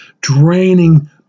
draining